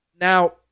Now